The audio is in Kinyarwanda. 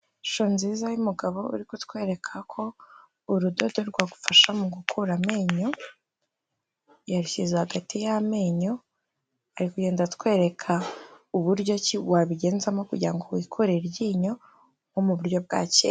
Ishusho nziza y'umugabo uri kutwereka ko urudodo rwagufasha mu gukura amenyo, yarushyize hagati y'amenyo, ari kugenda atwereka uburyo ki wabigenzamo kugira ngo wikure iryinyo nko mu buryo bwa kera.